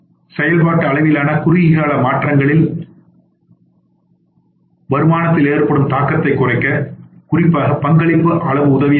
செயல்பாட்டு அளவிலான குறுகிய கால மாற்றங்களின் வருமானத்தில் ஏற்படும் தாக்கத்தை குறைக்க குறிப்பாக பங்களிப்பு அளவு உதவியாக இருக்கும்